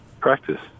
practice